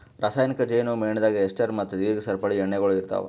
ರಾಸಾಯನಿಕ್ ಜೇನು ಮೇಣದಾಗ್ ಎಸ್ಟರ್ ಮತ್ತ ದೀರ್ಘ ಸರಪಳಿ ಎಣ್ಣೆಗೊಳ್ ಇರ್ತಾವ್